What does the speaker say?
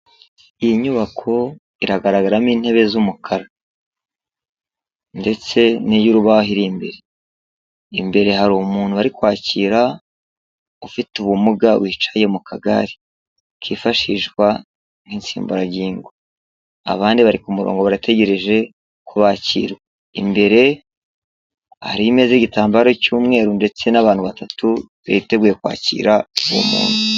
Iyi nyubako iragaragaramo intebe z'umukara ndetse n'iy'urubaho iri imbere. Imbere hari umuntu bari kwakira ufite ubumuga wicaye mu kagare kifashishwa nk'insimburangingo, abandi bari ku murongo barategereje kubakira. Imbere hari imeza iriho igitambaro cy'umweru ndetse n'abantu batatu biteguye kwakira uwo muntu.